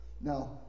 Now